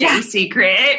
secret